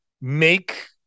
make